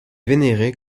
vénérée